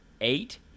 eight